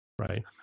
Right